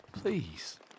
please